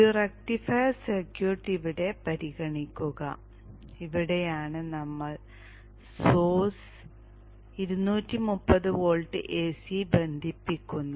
ഈ rectifier circuit ഇവിടെ പരിഗണിക്കുക ഇവിടെയാണ് നമ്മൾ സോഴ്സ് 230 വോൾട്ട് AC ബന്ധിപ്പിക്കുന്നത്